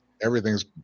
everything's